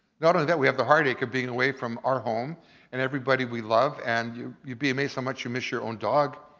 not only that, we have the heartache of being away from our home and everybody we love. and you'd be amazed how much you miss your own dog,